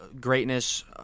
greatness